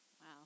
Wow